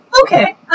Okay